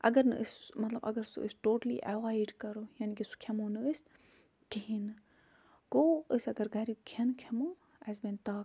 اگر نہٕ أسۍ سُہ مطلب اگر سُہ أسۍ ٹوٹَلی ایٚوایِڈ کَرو یعنی کہ سُہ کھیٚمو نہٕ أسۍ کِہیٖنۍ نہٕ گوٚو أسۍ اگَر گھریٛوک کھیٚن کھیٚمو اسہِ بَنہِ طاقت